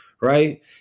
right